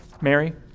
Mary